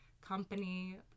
company